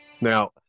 Now